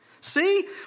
See